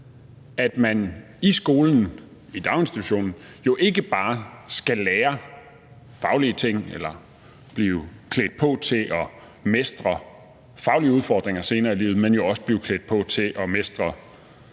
at man i skolen og i daginstitutionen ikke bare skal lave faglige ting eller blive klædt på til at mestre faglige udfordringer senere i livet. Man skal jo også blive klædt på til at mestre